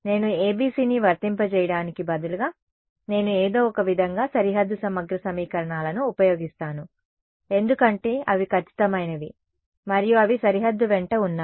నేను ABCని వర్తింపజేయడానికి బదులుగా నేను ఏదో ఒకవిధంగా సరిహద్దు సమగ్ర సమీకరణాలను ఉపయోగిస్తాను ఎందుకంటే అవి ఖచ్చితమైనవి మరియు అవి సరిహద్దు వెంట ఉన్నాయి